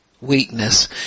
weakness